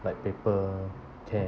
like paper can~